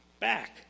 back